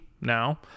now